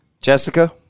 Jessica